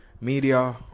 Media